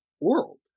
world